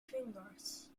fingers